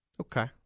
Okay